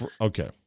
Okay